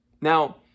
Now